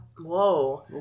Whoa